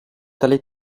tale